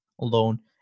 alone